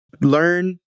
learn